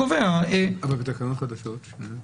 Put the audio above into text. אבל בתקנות חדשות?